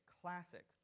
classic